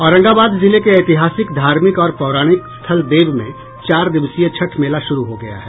औरंगाबाद जिले के ऐतिहासिक धार्मिक और पौराणिक स्थल देव में चार दिवसीय छठ मेला शुरू हो गया है